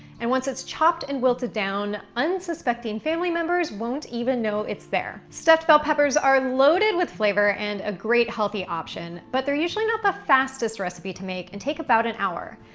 and once it's chopped and wilted down, unsuspecting family members won't even know it's there. stuffed bell peppers are loaded with flavor and a great healthy option, but they're usually not the fastest recipe to make and take about an hour.